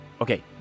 okay